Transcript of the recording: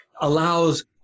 allows